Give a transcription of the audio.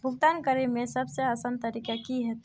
भुगतान करे में सबसे आसान तरीका की होते?